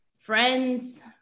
friends